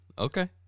Okay